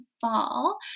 fall